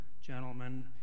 gentlemen